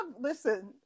Listen